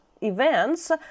events